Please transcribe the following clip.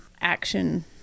action